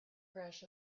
crash